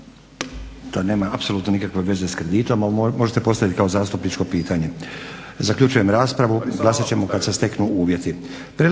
To nema apsolutno nikakve veze s kreditom, a ovo možete postaviti kao zastupničko pitanje. Zaključujem raspravu. Glasat ćemo kad se steknu uvjeti.